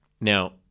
Now